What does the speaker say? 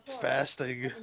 Fasting